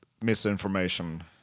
misinformation